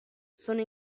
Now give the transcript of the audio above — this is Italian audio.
sono